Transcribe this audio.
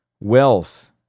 Wealth